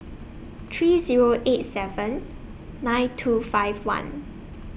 three Zero eight seven nine two five one